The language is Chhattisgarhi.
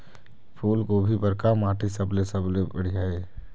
फूलगोभी बर का माटी सबले सबले बढ़िया ये?